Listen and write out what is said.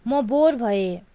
म बोर भएँ